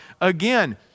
Again